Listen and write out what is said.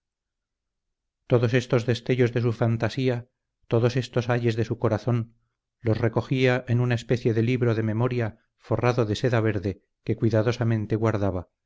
todos estos destellos de su fantasía todos estos ayes de su corazón los recogía en una especie de libro de memoria forrado de seda verde que cuidadosamente guardaba